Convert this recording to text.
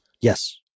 Yes